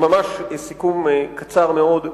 ממש סיכום קצר מאוד: